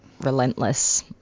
relentless